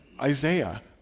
Isaiah